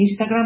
Instagram